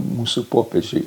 mūsų popiežiui